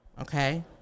okay